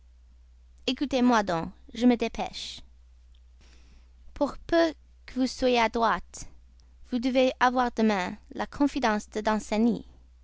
ecoutez-moi donc je me dépêche pour peu que vous soyez adroit vous devez avoir demain la confidence de